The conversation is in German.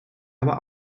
aber